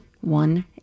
one